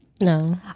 no